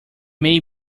may